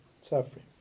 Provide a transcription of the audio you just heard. suffering